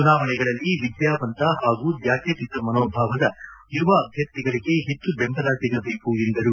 ಚುನಾವಣೆಗಳಲ್ಲಿ ವಿದ್ಯಾವಂತ ಹಾಗೂ ಜಾತ್ಯತೀತ ಮನೋಭಾವದ ಯುವ ಅಭ್ಯರ್ಥಿಗಳಿಗೆ ಹೆಚ್ಚು ಬೆಂಬಲ ಸಿಗಬೇಕು ಎಂದರು